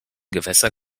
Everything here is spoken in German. gewässer